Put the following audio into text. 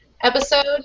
episode